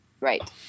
Right